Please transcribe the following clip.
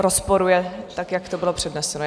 Rozporuje, jak to bylo předneseno.